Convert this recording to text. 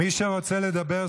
מי שרוצה לדבר,